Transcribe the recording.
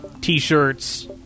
T-shirts